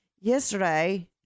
yesterday